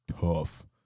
tough